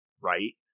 Right